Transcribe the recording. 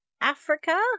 africa